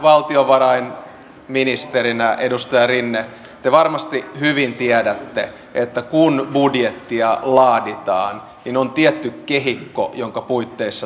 entisenä valtiovarainministerinä edustaja rinne te varmasti hyvin tiedätte että kun budjettia laaditaan niin on tietty kehikko jonka puitteissa toimitaan